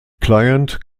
client